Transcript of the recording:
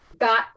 got